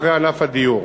אחרי ענף הדיור.